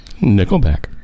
Nickelback